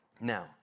Now